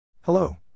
Hello